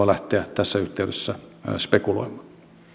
lähteä tässä yhteydessä spekuloimaan